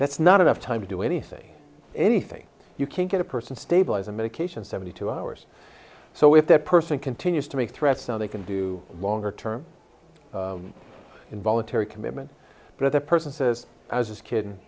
that's not enough time to do anything anything you can't get a person to stabilize a medication seventy two hours so if that person continues to make threats now they can do longer term involuntary commitment but the person says as a kid